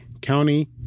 county